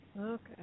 Okay